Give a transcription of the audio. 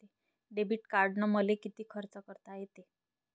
Debit कार्डानं मले किती खर्च करता येते?